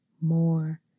more